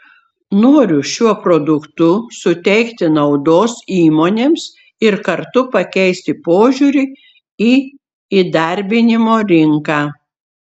noriu šiuo produktu suteikti naudos įmonėms ir kartu pakeisti požiūrį į įdarbinimo rinką